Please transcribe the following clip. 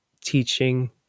teaching